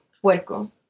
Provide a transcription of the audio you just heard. puerco